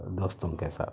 دوستوں کے ساتھ